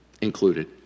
included